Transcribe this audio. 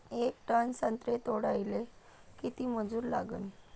येक टन संत्रे तोडाले किती मजूर लागन?